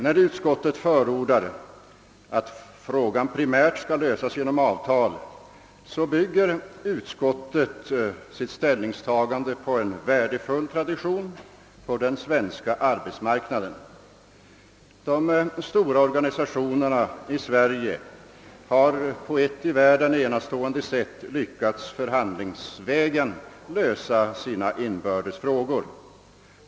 När utskottet förordar att frågan primärt skall lösas genom avtal, bygger det sitt ställningstagande på en värdefull tradition inom den svenska arbetsmarknaden. De stora organisationerna i Sverige har på ett i världen enastående sätt lyckats lösa sina inbördes problem förhandlingsvägen.